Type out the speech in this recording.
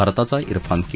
भारताचा इरफान के